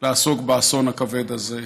לעסוק באסון הכבד הזה,